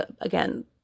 again